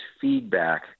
feedback